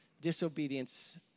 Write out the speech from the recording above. Disobedience